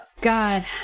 God